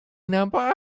number